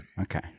okay